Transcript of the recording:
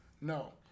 No